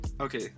Okay